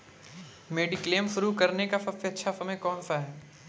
Mediclaim शुरू करने का सबसे अच्छा समय कौनसा है?